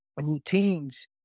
routines